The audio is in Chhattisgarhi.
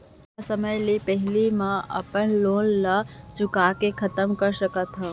का समय ले पहिली में अपन लोन ला चुका के खतम कर सकत हव?